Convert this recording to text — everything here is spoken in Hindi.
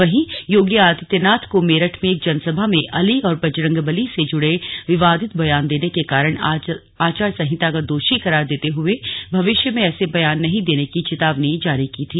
वहीं योगी आदित्यनाथ को मेरठ में एक जनसभा में अली और बजरंग बली से जुड़े विवादित बयान देने के कारण आचार संहिता का दोषी करार देते हुये भविष्य में ऐसे बयान नहीं देने की चेतावनी जारी की थी